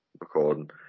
recording